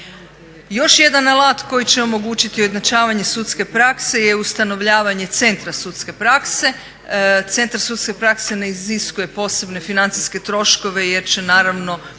Još jedan alat koji će omogućiti ujednačavanje sudske prakse je ustanovljene centra sudske prakse. Centar sudske prakse ne iziskuje posebne financijske troškove jer će naravno